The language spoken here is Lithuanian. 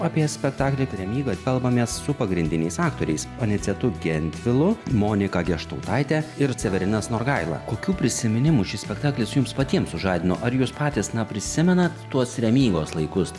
apie spektaklį remyga kalbamės su pagrindiniais aktoriais anicetu gentvilu monika geštautaite ir severinas norgaila kokių prisiminimų šis spektaklis jums patiems sužadino ar jūs patys na prisimenat tuos remygos laikus